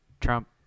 Trump